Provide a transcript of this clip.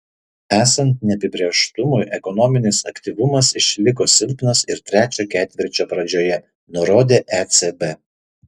esant neapibrėžtumui ekonominis aktyvumas išliko silpnas ir trečio ketvirčio pradžioje nurodė ecb